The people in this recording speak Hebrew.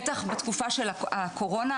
בטח בתקופה של הקורונה,